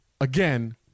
again